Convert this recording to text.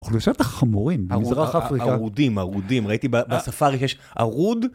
אנחנו נושאל את החמורים במזרח אפריקה. ערודים, ערודים, ראיתי בספארי שיש ערוד.